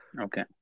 Okay